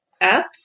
apps